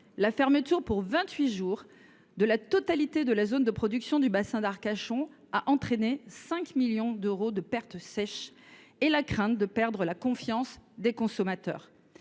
La fermeture pour vingt huit jours de la totalité de la zone de production du bassin d’Arcachon a entraîné 5 millions d’euros de pertes sèches et fait craindre de perdre la confiance des consommateurs.